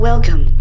Welcome